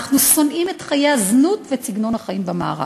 אנחנו שונאים את חיי הזנות ואת סגנון החיים במערב.